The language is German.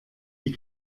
die